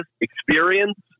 experience